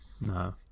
No